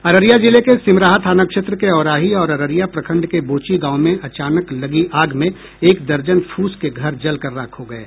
अररिया जिले के सिमराहा थाना क्षेत्र के औराही और अररिया प्रखंड के बोची गांव में अचानक लगी आग में एक दर्जन फूस के घर जल कर राख हो गये